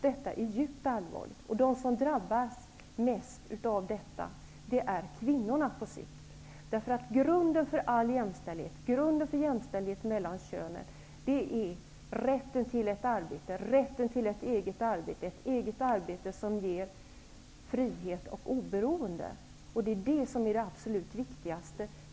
Detta är djupt allvarligt, och de som drabbas mest av detta är på sikt kvinnorna. Grunden för all jämställdhet mellan könen är rätten till ett eget arbete, ett eget arbete som ger frihet och oberoende. Det är det absolut viktigaste.